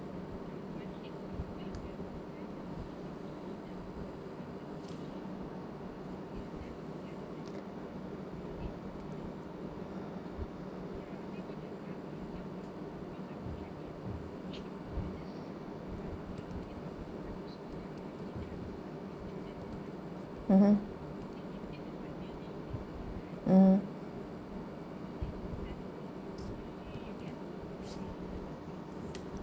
mmhmm mm